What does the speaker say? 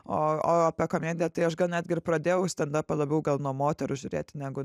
o o apie komediją tai aš gal netgi ir pradėjau stendapą labiau gal nuo moterų žiūrėti negu